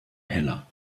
heller